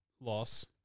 loss